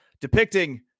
depicting